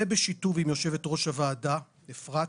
ובשיתוף עם יושבת ראש הוועדה אפרת,